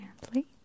gently